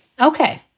Okay